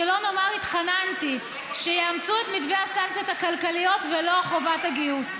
שלא נאמר התחננתי שיאמצו את מתווה הסנקציות הכלכליות ולא חובת הגיוס.